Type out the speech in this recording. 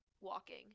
Walking